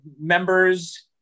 members